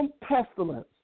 pestilence